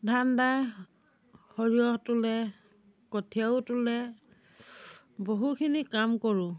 ধান দাই সৰিয়হ তোলে কঠীয়াও তোলে বহুখিনি কাম কৰোঁ